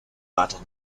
button